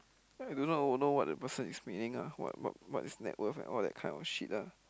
I do not know what the person is meaning ah what what what is net worth and all that kind of shit ah